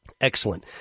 excellent